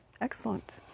excellent